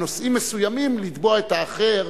בנושאים מסוימים, לתבוע את האחר,